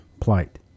plight